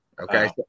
Okay